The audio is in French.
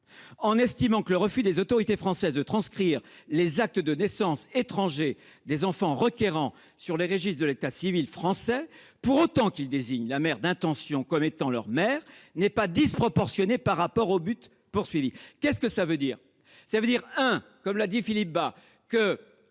estimant que « le refus des autorités françaises de transcrire les actes de naissance étrangers des enfants requérants sur les registres de l'état civil français pour autant qu'ils désignent la mère d'intention comme étant leur mère n'est pas disproportionné par rapport aux buts poursuivis ». Cela signifie